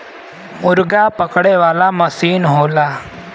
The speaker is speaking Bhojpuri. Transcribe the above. मुरगा पकड़े वाला मसीन होला